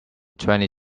twenty